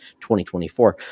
2024